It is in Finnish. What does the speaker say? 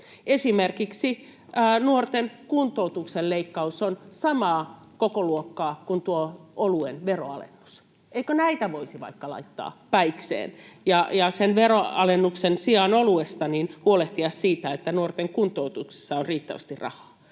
Esimerkiksi nuorten kuntoutuksen leikkaus on samaa kokoluokkaa kuin oluen veronalennus. Eikö näitä voisi vaikka vaihtaa päikseen ja sen oluen veronalennuksen sijaan huolehtia siitä, että nuorten kuntoutuksessa on riittävästi rahaa?